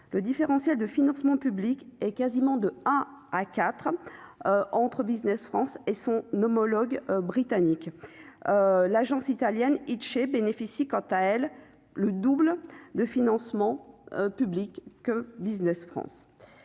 le différentiel de financement public et quasiment de A4 entre Business France et son homologue britannique, l'agence italienne bénéficient quant à elle, le double de financement public que Business France